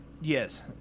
yes